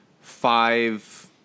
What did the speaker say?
five